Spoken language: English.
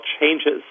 changes